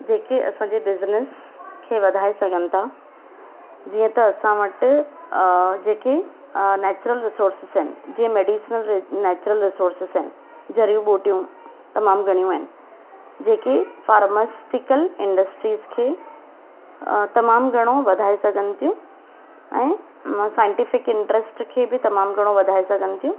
जेके असांजे बिज़नस खे वधाए सघनि था जीअं त असां वटि जेके नैचरल रिसोर्सिस आहिनि जीअं मेडिसिनल नैचरल रिसोर्सिस आहिनि जड़ियूं ॿूटियूं तमामु घणियूं आहिनि जेके फार्मास्टिकल इंडस्ट्रीज़ खे तमामु घणो वधाए सघनि थियूं ऐं साइंटिफ़िक इंट्रस्ट खे बि तमामु घणो वधाए सघनि थियूं